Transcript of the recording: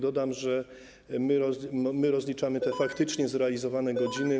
Dodam, że my rozliczamy faktycznie zrealizowane godziny.